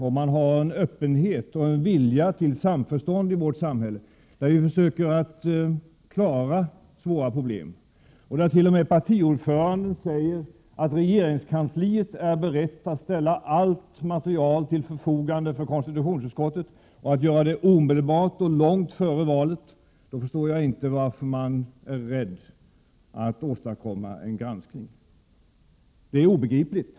Om vi har en öppenhet och en vilja till samförstånd i vårt samhälle, där vi försöker klara av svåra problem och där t.o.m. den socialdemokratiske partiordföranden säger att regeringskansliet är berett att ställa allt material till förfogande för konstitutionsutskottet och att göra det omedelbart och långt före valet, varför är man då rädd för att åstadkomma en granskning? Det är obegripligt.